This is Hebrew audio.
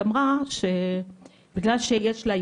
היא אמרה שבגלל שיש לה,